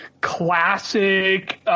classic